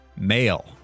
male